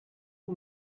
you